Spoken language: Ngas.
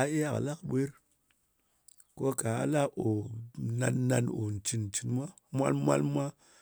a iya kɨ la kɨ ɓwer, ko kà a la kò nan-n̄an ò ncɨn-cɨn mwa, mwalm-mwalm mwa,